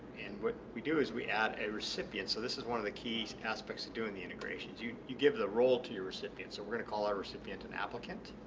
and what we do is we add a recipient so this is one of the key aspects of doing the integrations. you you give the role to your recipient so we're gonna call our recipient an applicant.